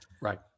Right